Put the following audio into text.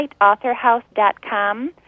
AuthorHouse.com